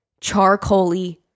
charcoal-y